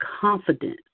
confidence